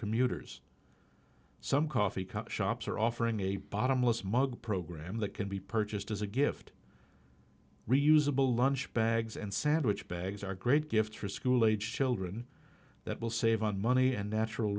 commuters some coffee shops are offering a bottomless mug program that can be purchased as a gift reusable lunch bags and sandwich bags are great gifts for school aged children that will save on money and natural